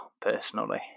personally